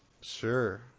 Sure